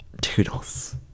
toodles